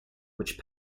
which